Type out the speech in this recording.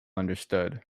understood